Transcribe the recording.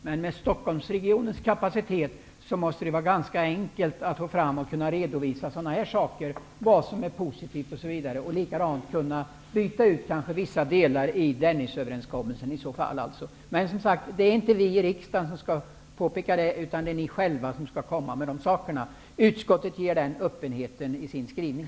Men med Stockholmsregionens kapacitet måste det vara ganska enkelt att få fram en redovisning av vad som är positivt och att kunna byta ut vissa delar i Men som sagt, det är inte vi i riksdagen som skall påpeka detta, utan det är ni själva som skall ta initiativet. Utskottet ger i alla fall den öppenheten genom sin skrivning.